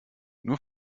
nur